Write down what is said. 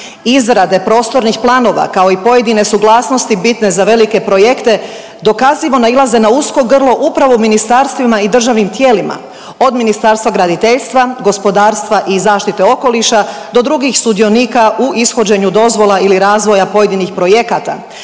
Izrade prostornih planova, kao i pojedine suglasnosti bitne za velike projekte dokazivo nailaze na usko grlo upravo u ministarstvima i državnim tijelima, od Ministarstva graditeljstva, gospodarstva i zaštite okoliša do drugih sudionika u ishođenju dozvola ili razvoja pojedinih projekata,